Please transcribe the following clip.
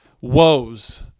woes